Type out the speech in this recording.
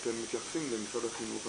אתם מתייחסים למשרד החינוך,